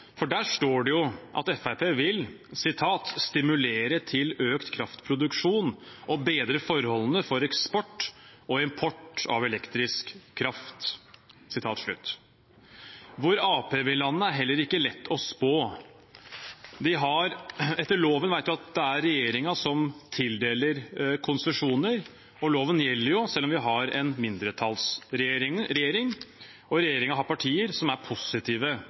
for der står det at Fremskrittspartiet vil «stimulere til økt kraftproduksjon og bedre forholdene for eksport og import av elektrisk kraft». Hvor Arbeiderpartiet vil lande, er heller ikke lett å spå. Etter loven vet vi at det er regjeringen som tildeler konsesjoner. Loven gjelder jo selv om vi har en mindretallsregjering, og regjeringen har partier som er positive